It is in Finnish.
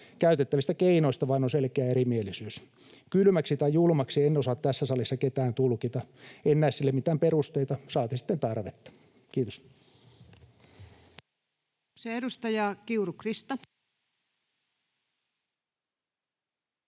Käytettävistä keinoista vain on selkeä erimielisyys. Kylmäksi tai julmaksi en osaa tässä salissa ketään tulkita. En näe sille mitään perusteita, saati sitten tarvetta. — Kiitos.